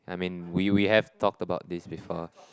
I mean we we have talked about this before